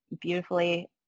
beautifully